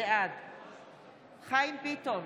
בעד חיים ביטון,